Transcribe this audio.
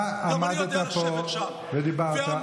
אתה עמדת פה ודיברת.